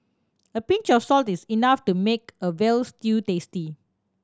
a pinch of salt is enough to make a veal stew tasty